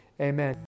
Amen